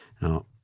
Now